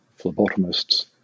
phlebotomists